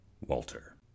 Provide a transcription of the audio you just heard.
Walter